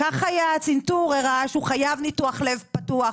ואז בעצם משרד הבריאות אומר טוב,